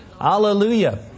Hallelujah